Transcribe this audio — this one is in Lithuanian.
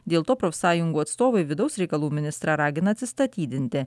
dėl to profsąjungų atstovai vidaus reikalų ministrą ragina atsistatydinti